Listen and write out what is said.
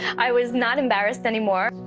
i was not embarrassed anymore.